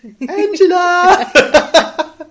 Angela